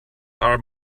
our